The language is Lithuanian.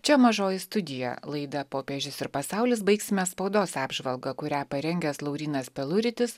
čia mažoji studija laidą popiežius ir pasaulis baigsime spaudos apžvalga kurią parengęs laurynas peluritis